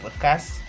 podcast